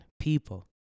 people